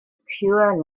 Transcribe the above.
pure